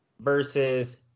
versus